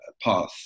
path